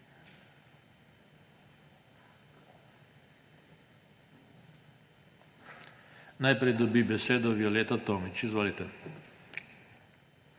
Najprej dobi besedo Violeta Tomić. Izvolite.